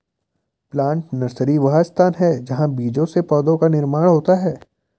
plant nursery वह स्थान है जहां बीजों से पौधों का निर्माण होता है